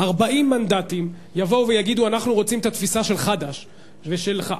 40 מנדטים יבואו ויגידו שהם רוצים את התפיסה של חד"ש ושלך.